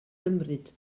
gymryd